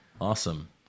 Awesome